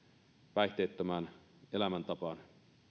päihteettömään elämäntapaan